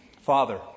Father